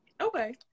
Okay